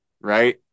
right